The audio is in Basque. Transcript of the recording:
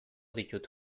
ditut